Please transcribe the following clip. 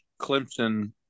Clemson